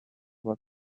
what